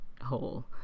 hole